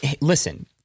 Listen